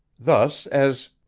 thus as.